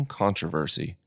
controversy